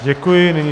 Děkuji.